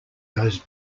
goes